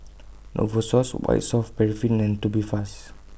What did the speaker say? Novosource White Soft Paraffin and Tubifast